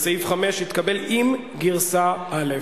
סעיפים 1 4 עברו כנוסח הוועדה.